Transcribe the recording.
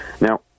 Now